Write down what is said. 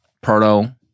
Proto